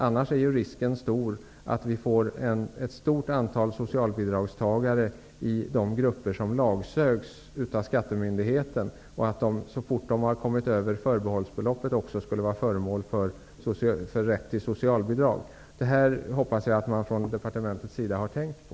Annars är risken stor att vi får ett stort antal socialbidragstagare i de grupper som lagsöks av skattemyndigheten. Så fort de har kommit över förbehållsbeloppet skulle de också ha rätt till socialbidrag. Detta hoppas jag att man från departementets sida har tänkt på.